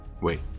Wait